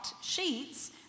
sheets